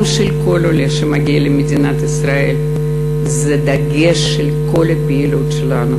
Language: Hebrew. של כל עולה שמגיע למדינת ישראל הם הדגש של כל הפעילות שלנו,